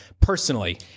personally